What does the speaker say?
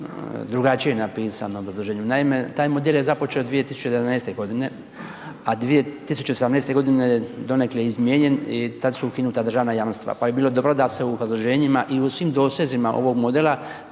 drugačije napisano u obrazloženju. Naime, taj model je započeo 2011.g., a 2018.g. je donekle izmijenjen i tad su ukinuta državna jamstva, pa bi bilo dobro da se u obrazloženjima i u svim dosezima ovog modela